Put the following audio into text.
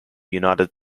united